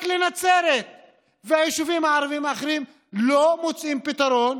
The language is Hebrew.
רק לנצרת וליישובים הערביים האחרים לא מוצאים פתרון,